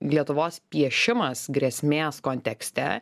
lietuvos piešimas grėsmės kontekste